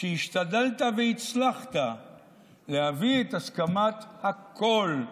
כשהשתדלת והצלחת להביא את הסכמת הכול.